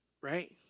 Right